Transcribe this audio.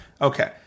Okay